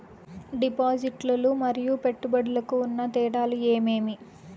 డిపాజిట్లు లు మరియు పెట్టుబడులకు ఉన్న తేడాలు ఏమేమీ?